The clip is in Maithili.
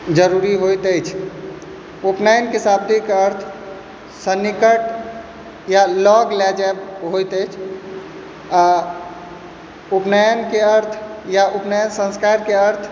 जरूरी होइत अछि उपनयनके शाब्दिक अर्थ सन्निकट या लग लऽ जायब होइत अछि आओर उपनयनके अर्थ या उपनयनके संस्कारके अर्थ